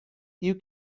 you